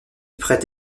prête